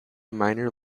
minor